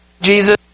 Jesus